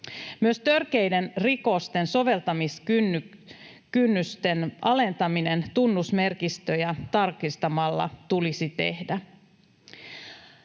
Myös törkeiden rikosten soveltamiskynnysten alentaminen tunnusmerkistöjä tarkistamalla tulisi tehdä.